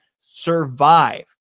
survive